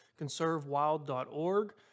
conservewild.org